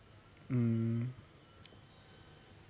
um